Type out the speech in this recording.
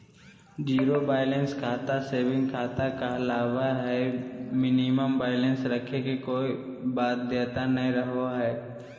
zero balance खाता saving खाता कहलावय हय मिनिमम बैलेंस रखे के कोय बाध्यता नय रहो हय